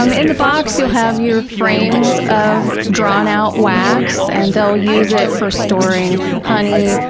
um in the box you'll have your frames of drawn out wax and they'll use it for storing honey,